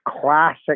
classic